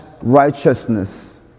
righteousness